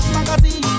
Magazine